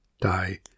die